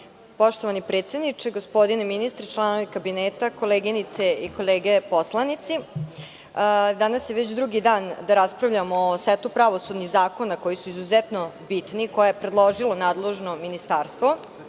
Poštovani predsedniče, gospodine ministre, članovi kabineta, koleginice i kolege poslanici, danas je već drugi dan da raspravljamo o setu pravosudnih zakona, koji su izuzetno bitni, koje je predložilo nadležno ministarstvo